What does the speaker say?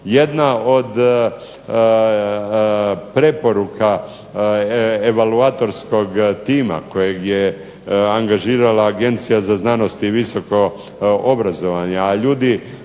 Jedna od preporuka evaluatorskog tima kojeg je angažirala Agencija za znanost i visoko obrazovanje, a ljudi